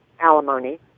Alimony